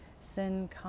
sin